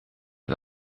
als